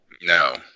no